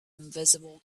invisible